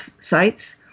sites